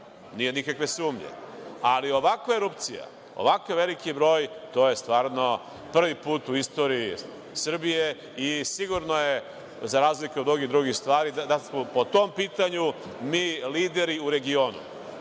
nema nikakve sumnje, ali ovakva erupcija, ovako veliki broj, to je stvarno prvi put u istoriji Srbije i sigurno je, za razliku od mnogih drugih stvari, da smo po tom pitanju mi lideri u regionu.